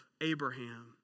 Abraham